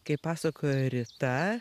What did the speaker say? kaip pasakojo rita